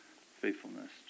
faithfulness